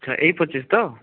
ଆଚ୍ଛା ଏଇ ପଚିଶ ତ